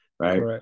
Right